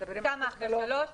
כמה אחרי שלוש שנים,